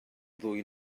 ddwy